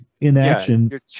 Inaction